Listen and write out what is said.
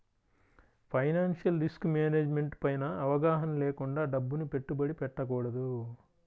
financial risk management పైన అవగాహన లేకుండా డబ్బుని పెట్టుబడి పెట్టకూడదు